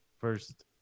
first